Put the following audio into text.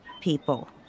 people